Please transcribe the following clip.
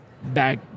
Back